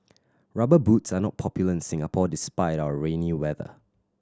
Rubber Boots are not popular in Singapore despite our rainy weather